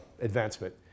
advancement